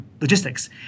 logistics